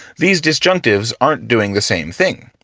these disjunctives aren't doing the same thing.